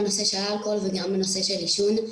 בנושא של אלכוהול וגם בנושא של עישון.